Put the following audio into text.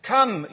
Come